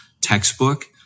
textbook